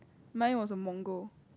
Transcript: mine was a mongre